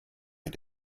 mit